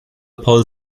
paul